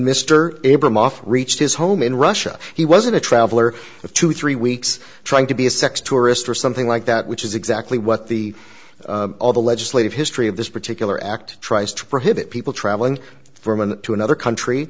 off reached his home in russia he was a traveller to three weeks trying to be a sex tourist or something like that which is exactly what the all the legislative history of this particular act tries to prohibit people traveling from one to another country